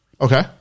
okay